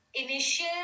initial